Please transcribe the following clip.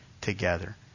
together